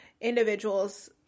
individuals